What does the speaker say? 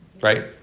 Right